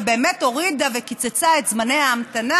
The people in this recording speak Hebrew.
ובאמת הורידה וקיצצה את זמני ההמתנה,